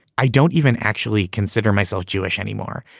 i don't even actually consider myself jewish anymore.